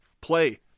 play